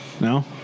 No